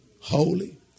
holy